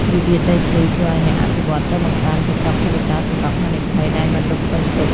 វិវាទដីធ្លីធ្វើឱ្យអ្នកអភិវឌ្ឍន៍ត្រូវបង្កើនកញ្ចប់ថវិកា សម្រាប់ហានិភ័យដែលមិនរំពឹងទុក។